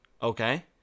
okay